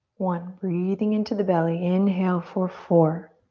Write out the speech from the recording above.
one. breathing into the belly. inhale for four,